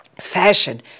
Fashion